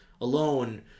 alone –